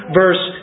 verse